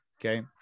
okay